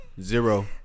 zero